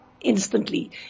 instantly